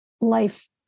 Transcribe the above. life